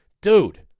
Dude